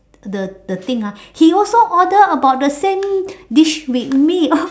the the thing ah he also order about the same dish with me